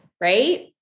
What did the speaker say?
Right